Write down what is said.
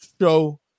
show